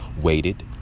waited